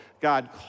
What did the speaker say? God